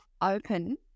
open